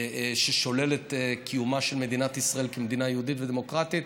ששולל את קיומה של מדינת ישראל כמדינה יהודית ודמוקרטית,